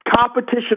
Competition